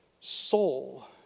Soul